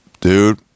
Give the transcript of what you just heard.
dude